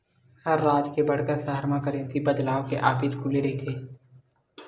हर राज के बड़का सहर म करेंसी बदलवाय के ऑफिस खुले रहिथे